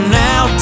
now